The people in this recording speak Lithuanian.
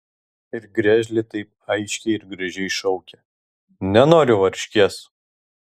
ir griežlė taip aiškiai ir gražiai šaukia nenoriu varškės